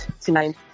tonight